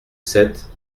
sept